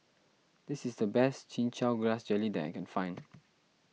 this is the best Chin Chow Grass Jelly that I can find